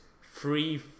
free